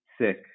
sick